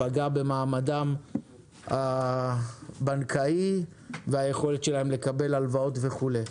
פגע במעמדם הבנקאי וביכולת שלהם לקבל הלוואות וכולי.